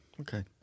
Okay